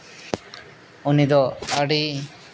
ᱩᱱᱤᱫᱚ ᱟᱹᱰᱤ